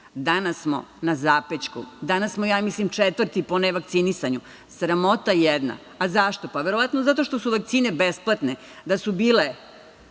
danas smo na zapećku. Danas smo, ja mislim četvrti po nevakcinisanju, sramota jedna. Zašto? Pa, verovatno zato što su vakcine besplatne. Da su bile